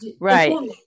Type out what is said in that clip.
right